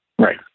Right